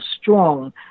strong